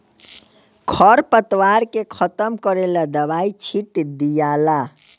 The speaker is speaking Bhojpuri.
खर पतवार के खत्म करेला दवाई छिट दियाला